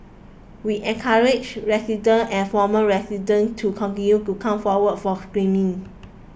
we encourage residents and former residents to continue to come forward for screening